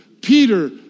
Peter